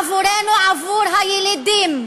עבורנו, עבור הילידים,